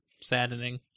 saddening